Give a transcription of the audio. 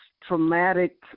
traumatic